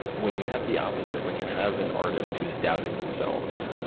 when you have the opposite, when you have an artist who's doubting themselves,